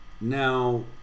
Now